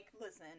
listen